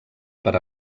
per